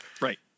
Right